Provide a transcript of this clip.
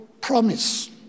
promise